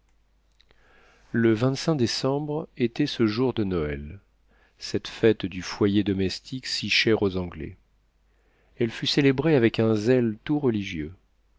le décembre était ce jour de noël cette fête du foyer domestique si chère aux anglais elle fut célébrée avec un zèle tout religieux